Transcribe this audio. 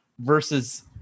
Versus